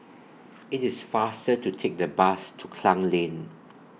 IT IS faster to Take The Bus to Klang Lane